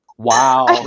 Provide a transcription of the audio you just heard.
Wow